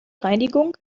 reinigung